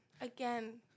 Again